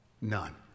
none